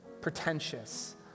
pretentious